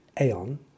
aeon